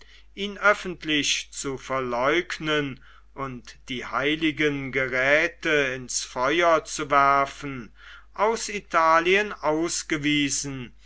ihn öffentlich zu verleugnen und die heiligen geräte ins feuer zu werfen aus italien ausgewiesen